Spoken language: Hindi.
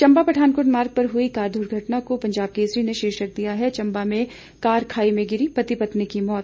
चंबा पठानकोट पर हुई कार दुर्घटना को पंजाब केसरी ने शीर्षक दिया है चंबा में कार खाई में गिरी पति पत्नी की मौत